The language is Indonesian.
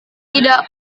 tidak